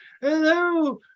hello